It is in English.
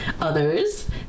others